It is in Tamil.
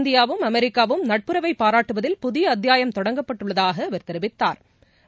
இந்தியா வும் அமெரிக்னவும் நட்புறவை பாராட்டுவதில் புதியஅத்தியாயம் தொடங்கப்பட்டுஉள்ளதாகஅவர் கெரிவித்தா்